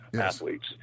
athletes